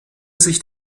sich